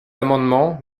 amendement